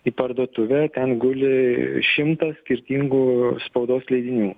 į parduotuvę ten guli šimtas skirtingų spaudos leidinių